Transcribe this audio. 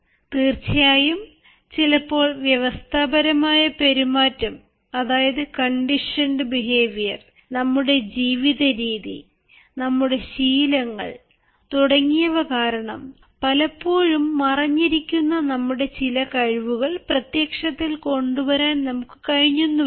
തീർച്ചയായും ചിലപ്പോൾ വ്യവസ്ഥാപരമായ പെരുമാറ്റം നമ്മുടെ ജീവിത രീതി നമ്മുടെ ശീലങ്ങൾ തുടങ്ങിയവ കാരണം പലപ്പോഴും മറഞ്ഞിരിക്കുന്ന നമ്മുടെ ചില കഴിവുകൾ പ്രത്യക്ഷത്തിൽ കൊണ്ടുവരാൻ നമുക്ക് കഴിഞ്ഞെന്നു വരില്ല